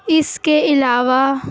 اس کے علاوہ